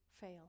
fail